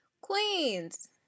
Queens